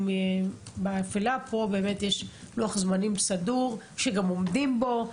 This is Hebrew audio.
באמת יש לוח זמנים סדור שגם עומדים בו.